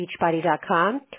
beachbody.com